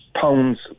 Pounds